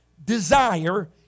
Desire